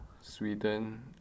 Sweden